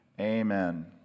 Amen